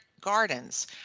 gardens